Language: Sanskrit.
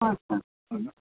अ हा